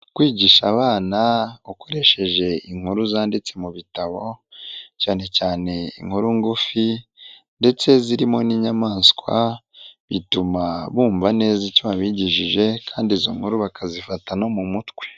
Kwigisha abana ukoresheje inkuru zanditse mu bitabo, cyane cyane inkuru ngufi ndetse zirimo n'inyamaswa, bituma bumva neza icyo wabigishije kandi izo nkuru bakazifata no mu mutwe.